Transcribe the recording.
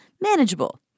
manageable